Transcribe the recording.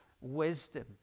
wisdom